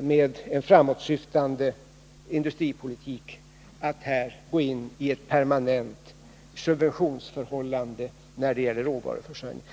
med en framåtsyftande industripolitik att gå in i ett permanent subventionsförhållande när det gäller råvaruförsörjningen.